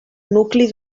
nucli